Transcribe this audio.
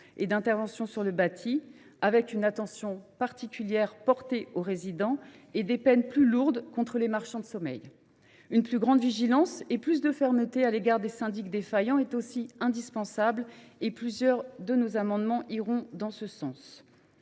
et d’intervention sur le bâti, avec une attention particulière portée aux résidents, et des peines plus lourdes contre les marchands de sommeil. Une plus grande vigilance et une fermeté accrue à l’égard des syndics défaillants sont aussi indispensables ; plusieurs de nos amendements visent à aller dans ce sens.